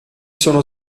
sono